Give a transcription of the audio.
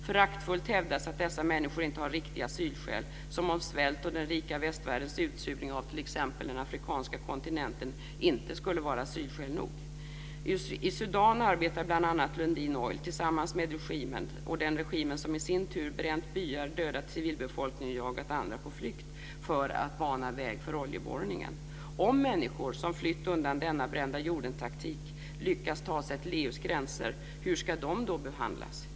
Föraktfullt hävdas att dessa människor inte har riktiga asylskäl, som om svält och den rika västvärldens utsugning av t.ex. den afrikanska kontinenten inte skulle vara asylskäl nog. I Sudan arbetar bl.a. Lundin Oil tillsammans med regimen, som i sin tur bränt byar, dödat civilbefolkningen och jagat andra på flykt, för att bana väg för oljeborrningen. Om människor som flytt undan denna brändajordentaktik lyckas ta sig till EU:s gränser, hur ska de då behandlas?